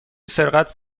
سرقت